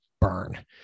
burn